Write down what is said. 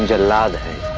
and aladdin